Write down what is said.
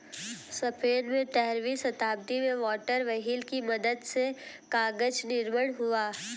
Spain में तेरहवीं शताब्दी में वाटर व्हील की मदद से कागज निर्माण हुआ